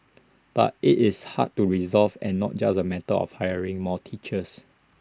but IT is hard to resolve and not just A matter of hiring more teachers